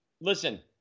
listen